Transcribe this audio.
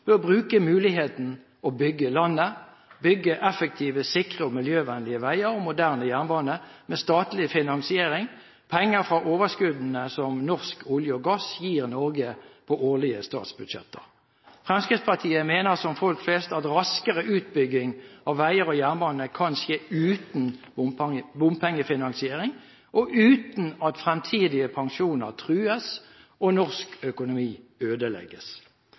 oljenasjon bør bruke mulighetene og bygge landet – bygge effektive, sikre og miljøvennlige veier og moderne jernbane med statlig finansiering, penger fra overskuddene som norsk olje og gass gir Norge på årlige statsbudsjetter. Fremskrittspartiet mener, som folk flest, at raskere utbygging av veier og jernbane kan skje uten bompengefinansiering, og uten at fremtidige pensjoner trues og norsk økonomi ødelegges.